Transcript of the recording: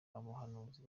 abahanuzi